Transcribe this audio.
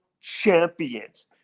Champions